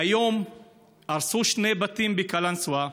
והיום הרסו שני בתים בקלנסווה.